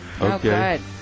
Okay